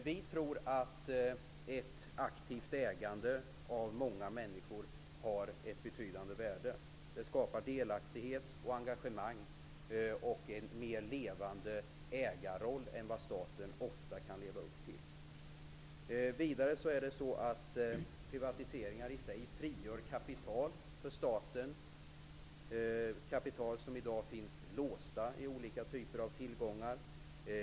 Vi tror att ett aktivt ägande av många människor har ett betydande värde. Det skapar delaktighet och engagemang och en mer levande ägarroll än vad staten ofta kan leva upp till. Vidare är det så att privatiseringar i sig frigör kapital för staten. Detta kapital finns i dag låst i olika typer av tillgångar.